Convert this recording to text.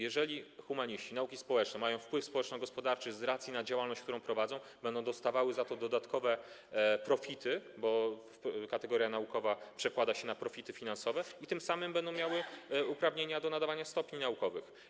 Jeżeli humaniści, nauki społeczne mają wpływ społeczno-gospodarczy z uwagi na działalność, którą prowadzą, będą dostawały za to dodatkowe profity, bo kategoria naukowa przekłada się na profity finansowe, a tym samym będą miały uprawnienia do nadawania stopni naukowych.